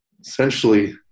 essentially